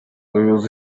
umuyobozi